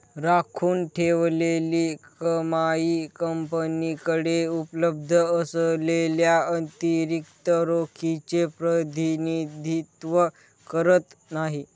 राखून ठेवलेली कमाई कंपनीकडे उपलब्ध असलेल्या अतिरिक्त रोखीचे प्रतिनिधित्व करत नाही